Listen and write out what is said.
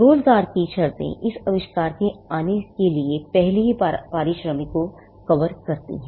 रोजगार की शर्तें इस आविष्कार के आने के लिए पहले से ही पारिश्रमिक को कवर करती हैं